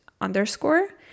underscore